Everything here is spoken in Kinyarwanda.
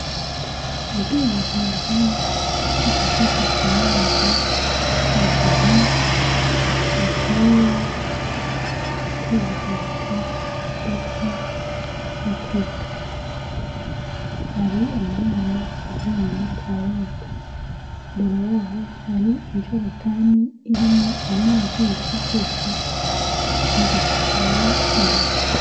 Ubwiherero bwifashishwa n'abantu, mu gihe bagiye kwihagarika ndetse no kwituma, hari umwana uvuye muri tuwarete, imbere yaho hari injerekani irimo amazi yifashishwa mu gusukura intoki.